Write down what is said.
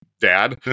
dad